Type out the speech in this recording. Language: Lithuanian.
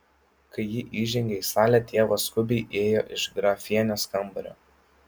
kai ji įžengė į salę tėvas skubiai ėjo iš grafienės kambario